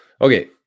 Okay